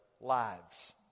lives